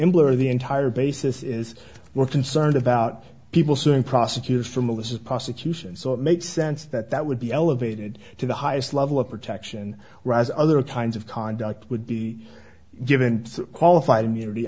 employer the entire basis is we're concerned about people suing prosecutors for malicious prosecution so it makes sense that that would be elevated to the highest level of protection raz other kinds of conduct would be given qualified immunity